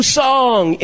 song